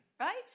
Right